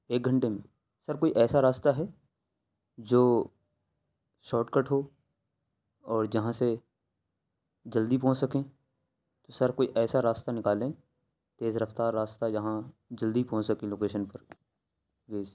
ایک گھنٹے میں سر کوئی ایسا راستہ ہے جو شاٹ کٹ ہو اور جہاں سے جلدی پہنچ سکیں سر کوئی ایسا راستہ نکالیں تیز رفتار راستہ جہاں جلدی پہنچ سکیں لوکیشن پر پلیز